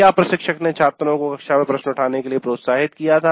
क्या प्रशिक्षक ने छात्रों को कक्षा में प्रश्न उठाने के लिए प्रोत्साहित किया था